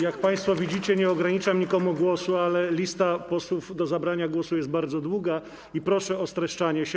Jak państwo widzicie, nie ograniczam nikomu głosu, ale lista posłów zapisanych do zabrania głosu jest bardzo długa i proszę o streszczanie się.